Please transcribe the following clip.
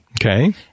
Okay